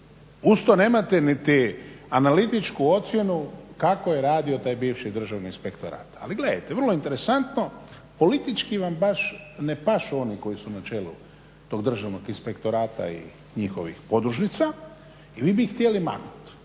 usto nemate niti analitičku ocjenu kako je radio taj bivši državni inspektorat, ali gledajte vrlo interesantno politički vam baš ne pašu oni koji su na čelu tog državnog inspektorata i njihovih podružnica i vi bi ih htjeli maknuti,